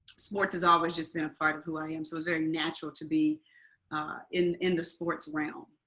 sports has always just been a part of who i am. so it's very natural to be in in the sports round.